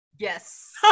Yes